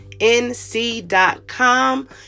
nc.com